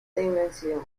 dimensión